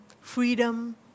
freedom